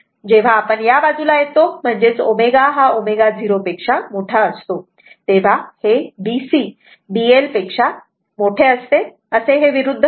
जेव्हा आपण या बाजूला येतो म्हणजेच ω ω0 असते तेव्हा हे B C B L असे विरुद्ध होते